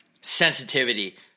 sensitivity